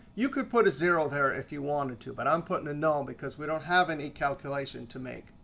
you could put a zero there if you wanted to. but i'm putting a null because we don't have any calculation to make.